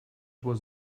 was